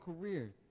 career